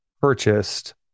purchased